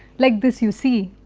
like this you see.